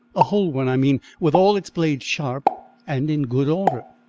a whole one, i mean, with all its blades sharp and in good order?